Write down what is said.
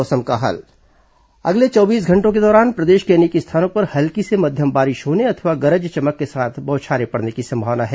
मौसम अगले चौबीस घंटों के दौरान प्रदेश के अनेक स्थानों पर हल्की से मध्यम बारिश होने अथवा गरज चमक के साथ बौछारें पडने की संभावना है